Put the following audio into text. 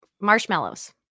marshmallows